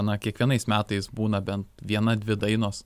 na kiekvienais metais būna bent viena dvi dainos